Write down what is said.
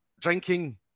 drinking